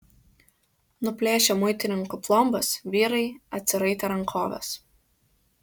nuplėšę muitininkų plombas vyrai atsiraitė rankoves